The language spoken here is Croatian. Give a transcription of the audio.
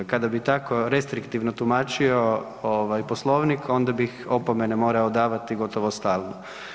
Kada bi tako restriktivno tumačio ovaj Poslovnik onda bih opomene morao davati gotovo stalno.